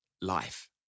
life